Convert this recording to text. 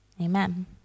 Amen